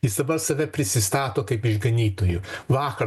jis save prisistato kaip išganytoju vakar